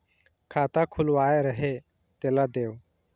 खाता खुलवाय रहे तेला देव?